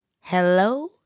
Hello